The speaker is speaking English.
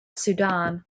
sudan